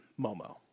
Momo